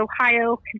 Ohio